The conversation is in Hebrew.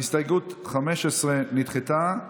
הסתייגות 15 נדחתה.